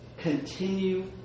continue